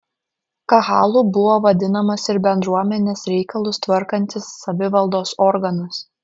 kahalu buvo vadinamas ir bendruomenės reikalus tvarkantis savivaldos organas